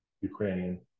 Ukrainian